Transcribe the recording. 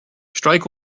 strike